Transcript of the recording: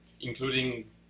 including